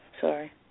Sorry